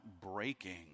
breaking